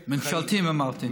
ממשלתיים, אמרתי.